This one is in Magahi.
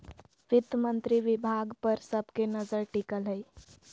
वित्त मंत्री विभाग पर सब के नजर टिकल हइ